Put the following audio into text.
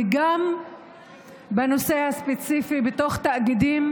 וגם בנושא הספציפי בתוך תאגידים